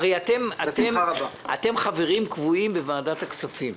הרי אתם חברים קבועים בוועדת הכספים.